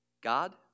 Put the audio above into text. God